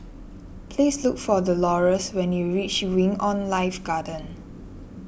please look for the Dolores when you reach Wing on Life Garden